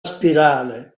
spirale